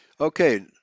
Okay